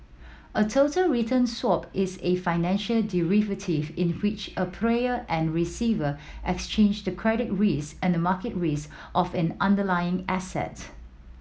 a total return swap is a financial derivative in which a payer and receiver exchange the credit risk and market risk of an underlying asset